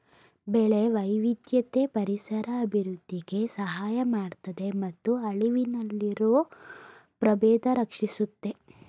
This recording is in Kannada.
ಬೆಳೆ ವೈವಿಧ್ಯತೆ ಪರಿಸರ ಅಭಿವೃದ್ಧಿಗೆ ಸಹಾಯ ಮಾಡ್ತದೆ ಮತ್ತು ಅಳಿವಿನಲ್ಲಿರೊ ಪ್ರಭೇದನ ರಕ್ಷಿಸುತ್ತೆ